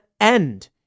end